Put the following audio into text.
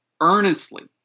earnestly